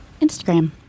instagram